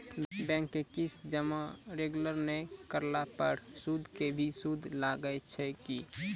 Bank के किस्त जमा रेगुलर नै करला पर सुद के भी सुद लागै छै कि?